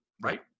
Right